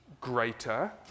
greater